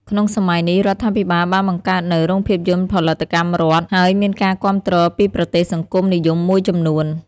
ក្នុងសម័យនេះ រដ្ឋាភិបាលបានបង្កើតនូវ រោងភាពយន្តផលិតកម្មរដ្ឋ ហើយមានការគាំទ្រពីប្រទេសសង្គមនិយមមួយចំនួន។